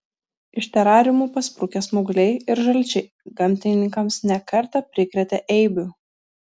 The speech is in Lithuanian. iš terariumų pasprukę smaugliai ir žalčiai gamtininkams ne kartą prikrėtė eibių